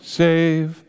save